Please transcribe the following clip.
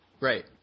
Right